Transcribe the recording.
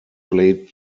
played